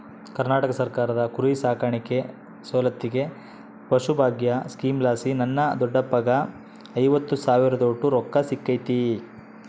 ಕರ್ನಾಟಕ ಸರ್ಕಾರದ ಕುರಿಸಾಕಾಣಿಕೆ ಸೌಲತ್ತಿಗೆ ಪಶುಭಾಗ್ಯ ಸ್ಕೀಮಲಾಸಿ ನನ್ನ ದೊಡ್ಡಪ್ಪಗ್ಗ ಐವತ್ತು ಸಾವಿರದೋಟು ರೊಕ್ಕ ಸಿಕ್ಕತೆ